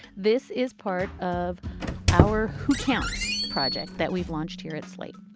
this is part of our who counts project that we've launched here at slate.